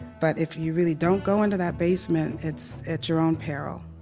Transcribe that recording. but if you really don't go into that basement, it's at your own peril.